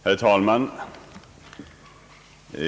Herr talman!